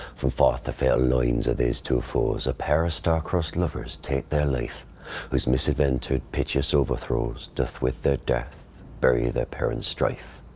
from forth the fatal loins of these two foes a pair of star-cross'd lovers take their life whose misadventured piteous overthrows do with their death bury their parents' strife.